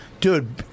dude